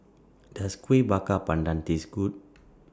Does Kuih Bakar Pandan Taste Good